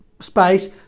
space